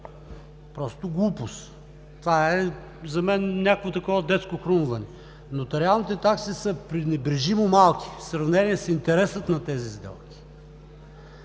Просто глупост! Това за мен е някакво детско хрумване. Нотариалните такси са пренебрежимо малки в сравнение с интереса на тези сделки